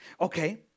Okay